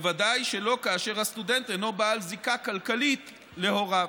ובוודאי לא כאשר הסטודנט אינו בעל זיקה כלכלית להוריו.